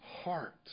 heart